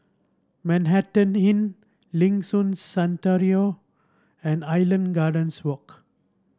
Manhattan Inn Liuxun and Island Gardens Walk